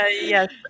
Yes